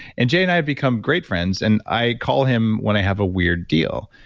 and jay and i have become great friends and i call him when i have a weird deal.